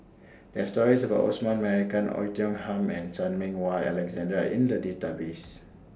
There Are stories about Osman Merican Oei Tiong Ham and Chan Meng Wah Alexander in The Database